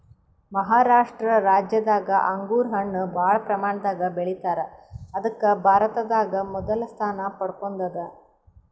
ಮಹಾರಾಷ್ಟ ರಾಜ್ಯದಾಗ್ ಅಂಗೂರ್ ಹಣ್ಣ್ ಭಾಳ್ ಪ್ರಮಾಣದಾಗ್ ಬೆಳಿತಾರ್ ಅದಕ್ಕ್ ಭಾರತದಾಗ್ ಮೊದಲ್ ಸ್ಥಾನ ಪಡ್ಕೊಂಡದ್